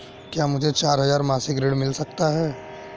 क्या मुझे चार हजार मासिक ऋण मिल सकता है?